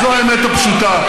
זו האמת הפשוטה.